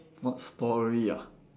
what story ah